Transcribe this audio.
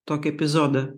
tokį epizodą